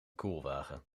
koelwagen